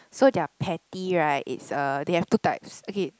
so their patty right it's uh they have two types okay